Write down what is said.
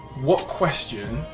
what question,